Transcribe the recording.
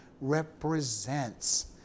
represents